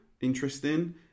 interesting